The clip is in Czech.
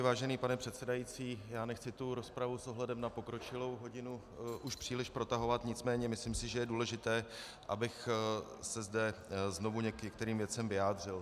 Vážený pane předsedající, nechci rozpravu s ohledem na pokročilou hodinu už příliš protahovat, nicméně myslím, že je důležité, abych se zde znovu k některým věcem vyjádřil.